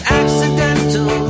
accidental